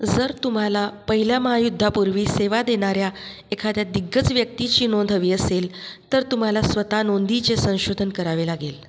जर तुम्हाला पहिल्या महायुद्धापूर्वी सेवा देणार्या एखाद्या दिग्गज व्यक्तीची नोंद हवी असेल तर तुम्हाला स्वतः नोंदीचे संशोधन करावे लागेल